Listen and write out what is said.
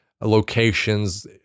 locations